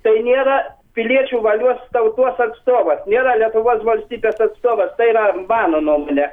tai nėra piliečių valios tautos atstovas nėra lietuvos valstybės atstovas tai yra mano nuomone